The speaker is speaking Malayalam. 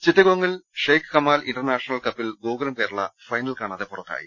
ചിറ്റഗോംഗിൽ ഷെയ്ഖ് കമാൽ ഇന്റർനാഷണൽ കപ്പിൽ ഗോകുലം കേരള ഫൈനൽ കാണാതെ പുറത്തായി